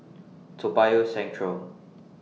Toa Payoh Central